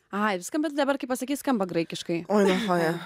ai ir skamba dabar kai pasakei skamba graikiškai oinochoja